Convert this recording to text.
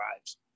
lives